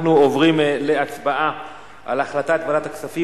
אנחנו עוברים להצבעה על החלטת ועדת הכספים